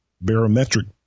barometric